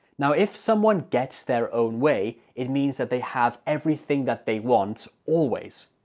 now if someone gets their own way it means that they have everything that they want always!